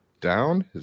down